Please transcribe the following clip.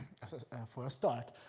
ah for a start